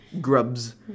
Grubs